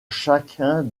chacun